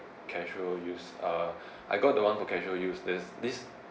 casual use uh I got the one for casual use that's this